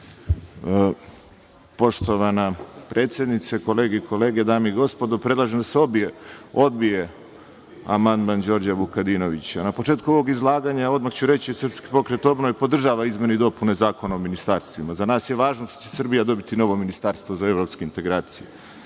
Poštovana predsednice, kolege, dame i gospodo, predlažem da se odbije amandman Đorđa Vukadinovića. Na početku ovog izlaganja odmah ću reći da SPO podržava izmene i dopune Zakona o ministarstvima. Za nas je važno što će Srbija dobiti novo ministarstvo za evropske integracije.